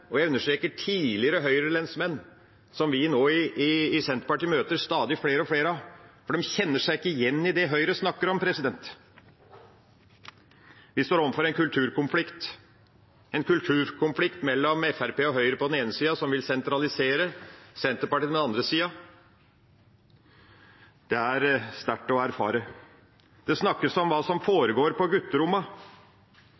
kjenner seg ikke igjen i det Høyre snakker om. Vi står overfor en kulturkonflikt, en kulturkonflikt mellom Fremskrittspartiet og Høyre på den ene sida, som vil sentralisere, og Senterpartiet på den andre sida. Det er sterkt å erfare. Det snakkes om hva som